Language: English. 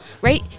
Right